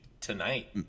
tonight